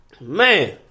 Man